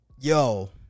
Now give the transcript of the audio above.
Yo